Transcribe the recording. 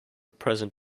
present